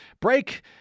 break